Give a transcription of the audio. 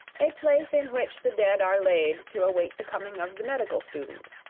a place in which the dead are laid to await the coming of the medical student.